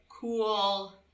cool